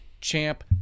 champ